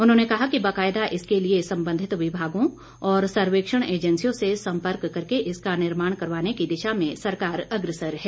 उन्होंने कहा कि बकायदा इसके लिए संबंधित विभागों और सर्वेक्षण एजेंसियों से संपर्क करके इसका निर्माण करवाने की दिशा में सरकार अग्रसर है